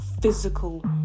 physical